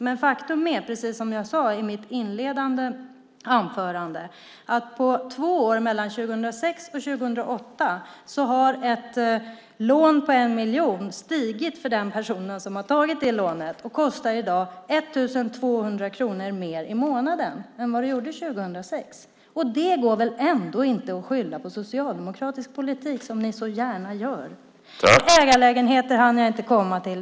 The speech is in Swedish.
Men som jag sade i mitt första inlägg har ett lån på 1 miljon på två år, mellan 2006 och 2008, ökat så mycket att det i dag kostar 1 200 kronor mer i månaden än det gjorde 2006. Det kan väl ändå inte skyllas på socialdemokratisk politik, något som ni annars gärna gör! Ägarlägenheterna hann jag inte kommentera.